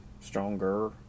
stronger